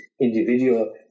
individual